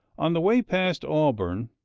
on the way past auburn,